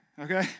okay